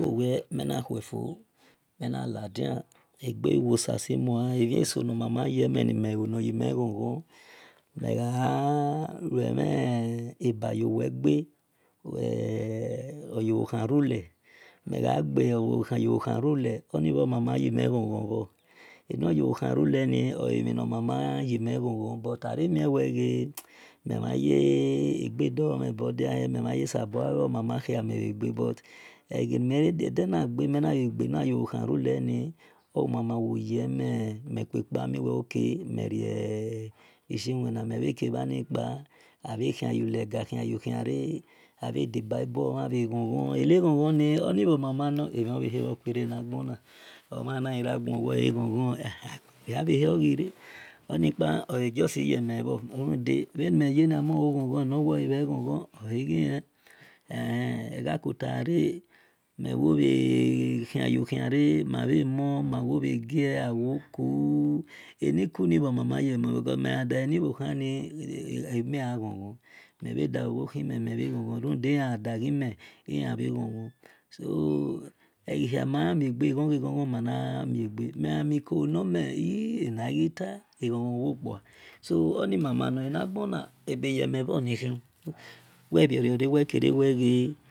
Owie menawefuo mwnaladina agevsasimia amiso namama yemenimeu nayami ghon-ghon megayiwemi ebayowega oyio hnrula megagive naukerule onioma mayimi ghon-ghon oro anoyowohn ruleni eminamamayimi ghon-ghon but aramiwega mevaya agadumebo dihie meveye sabogae onahami oga but eqani diyeda meniya ovohnulani omama oyemi mikupami wa oke lshwina mikavnipa avahiyolega hiyo-hira avadiba ibuma vaghon-ghon eni ghon-ghon ni orni mamano avior vehaorkure niyana ovaniria ga eqhon-ghon ekn ayiyear onipa oajusti iyemivo nida van imeyena onoga egho-ghon anorwa egho-ghon oagihie egawota- ara mewove hiu hira mavaomo awoga awoku u anikuni wemama yemiva miga ghon-ghon mivada gavohimi mivaghon ghon ruda iya-adavemi lnai va ghon ghon so egahia nimaya miga eghon-eghon manimiga miami kunami i aniyeta eghon-ghon ekpa so onimama norana-gan abeyemevenihe wevara ekra wea.